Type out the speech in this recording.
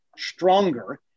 stronger